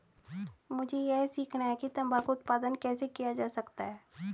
मुझे यह सीखना है कि तंबाकू उत्पादन कैसे किया जा सकता है?